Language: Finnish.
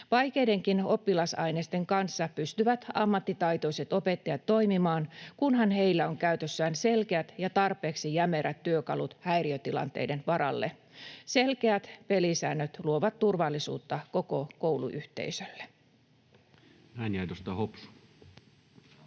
Vaikeidenkin oppilasainesten kanssa pystyvät ammattitaitoiset opettajat toimimaan, kunhan heillä on käytössään selkeät ja tarpeeksi jämerät työkalut häiriötilanteiden varalle. Selkeät pelisäännöt luovat turvallisuutta koko kouluyhteisölle.